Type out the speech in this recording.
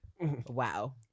Wow